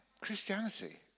Christianity